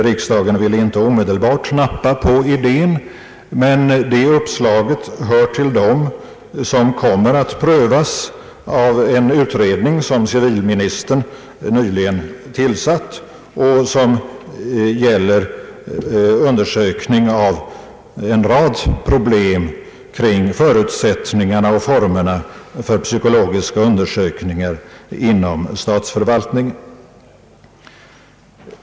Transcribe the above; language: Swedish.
Riksdagen ville inte omedelbart nappa på idén, men det uppslaget hör till dem som kommer att prövas av en utredning som civilministern nyligen tillsatt och som gäller undersökning av en rad problem kring förutsättningarna och formerna för psykologiska undersökningar inom statsförvaltningen.